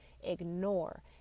ignore